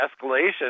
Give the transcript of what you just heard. escalation